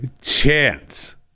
chance